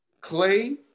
Clay